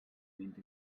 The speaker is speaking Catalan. vint